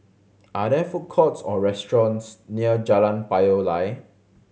are there food courts or restaurants near Jalan Payoh Lai